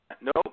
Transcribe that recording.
Nope